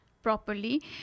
properly